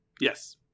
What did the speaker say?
yes